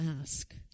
ask